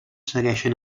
segueixen